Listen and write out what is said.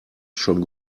schon